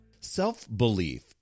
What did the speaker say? Self-belief